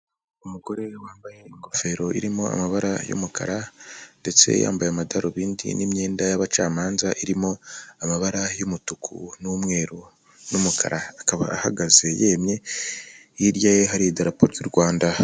Umugore wambaye ingofero irimo amabara y'umukara ndetse yambaye amadarubindi n'imyenda y'abacamanza irimo, amabara y'umutuku n'umweru, n'umukara akaba ahagaze yemye hirya ye hari idarapo ry'u Rwanda.